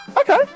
Okay